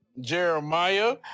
Jeremiah